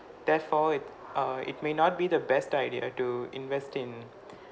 therefore it uh it may not be the best idea to invest in